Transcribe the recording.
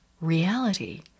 reality